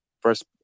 first